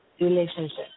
Relationship